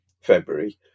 february